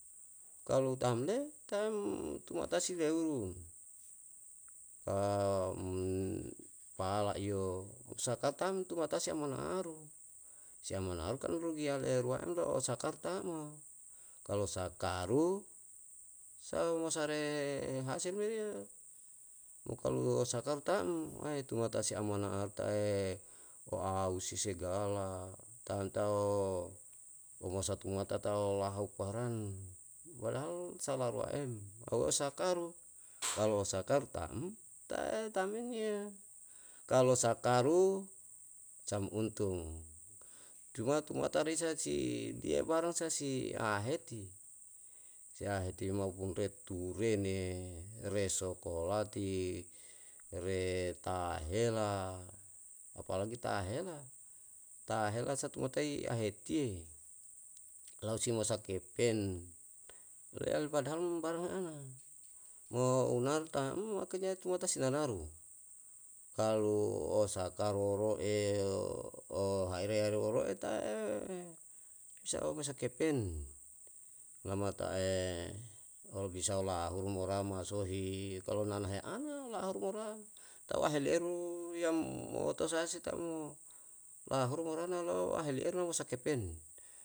kalu tam ne, tam tumata si yau, pala iyo mo saka tam tumata si amana aru, si amana aru an rugi yale ruam lo sakartama, kalo sakaru, saoma sare hase meriyo, mo kalu sakaru tam, ae tumata si amana'a tae o ausi segala, tam tao omasa tumata taolahu paranpadahal salah ruaem, au o sakaru, kalo sakartam tae tam men yo. Kalo sakaru sam untung, cuma tumata risa si biar barang sa si aheti, si aheti mau ret turene, resopolati, retahela, apalagi tahela, tahela sa tumata'i ahetiye, lau si mosa kepen, leyal padahal barang me ana, mo unaru tam akhirnya tumata si nanaru. Kalu osaka roro'e yo ohaere ya oro roe tae mesao mesa kepen, lamata'e obisa lahuru mo ra masohi, kalu nana he ana laharu moran, tau aleheru yam moto sae se tae mo lahuru moran nalo'o alehe eru nosa kepen